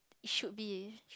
you should be